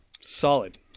Solid